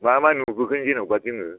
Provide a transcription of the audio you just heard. मा मा नुबोगोन जेन'बा जोङो